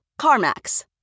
CarMax